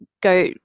go